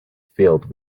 filled